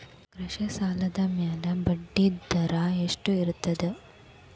ಕೃಷಿ ಸಾಲದ ಮ್ಯಾಲೆ ಬಡ್ಡಿದರಾ ಎಷ್ಟ ಇರ್ತದ?